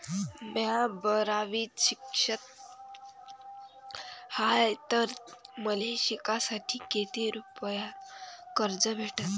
म्या बारावीत शिकत हाय तर मले शिकासाठी किती रुपयान कर्ज भेटन?